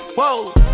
Whoa